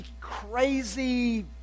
crazy